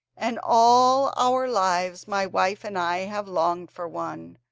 and all our lives my wife and i have longed for one.